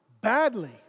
badly